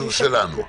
באישור שלנו.